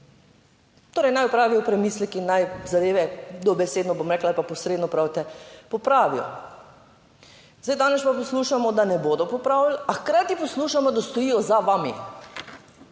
torej naj opravijo premislek in naj zadeve dobesedno, bom rekla, ali pa posredno, pravite, popravijo. Zdaj danes pa poslušamo, da ne bodo popravili, a hkrati poslušamo, da stojijo za vami,